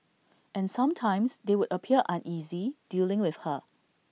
and sometimes they would appear uneasy dealing with her